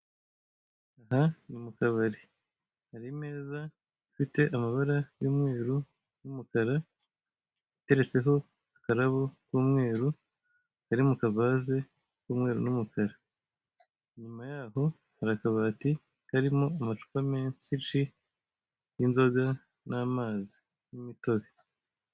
Aha ni mu kabari. Hari imeza ifite amabara y'umweru n'umukara, iteretseho akarabo k'umweru kari mu kavaze k'umweru n'umukara. Inyuma yaho hari akabati karimo amacupa menshi y'inzoga, n'amazi n'umutobe.